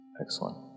Excellent